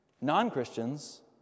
non-Christians